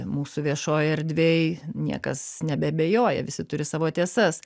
mūsų viešojoj erdvėj niekas nebeabejoja visi turi savo tiesas